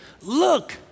look